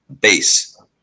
base